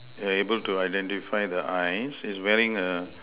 able to identify the eyes is wearing a